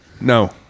no